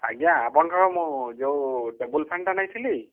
ଆଜ୍ଞା ଆପଣଙ୍କ ଠାରୁ ମୁଁ ଯେଉଁ ଟେବୁଲ୍ ଫ୍ୟାନ୍ଟା ନେଇଥିଲି